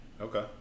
Okay